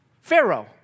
Pharaoh